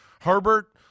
Herbert